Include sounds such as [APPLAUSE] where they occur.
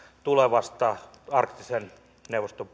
tulevasta arktisen neuvoston [UNINTELLIGIBLE]